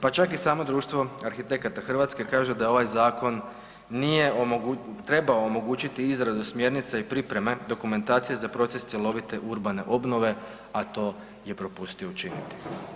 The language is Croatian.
Pa čak i samo Društvo arhitekata Hrvatske kaže da je ovaj zakon, nije, trebao omogućiti izradu smjernice i pripreme dokumentacije za proces cjelovite urbane obnove, a to je propustio učiniti.